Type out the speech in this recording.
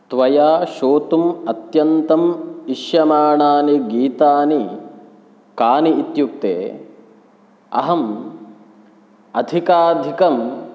त्वया श्रोतुम् अत्यन्तम् इष्यमाणानि गीतानि कानि इत्युक्ते अहम् अधिकाधिकम्